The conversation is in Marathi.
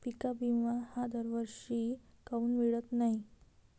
पिका विमा हा दरवर्षी काऊन मिळत न्हाई?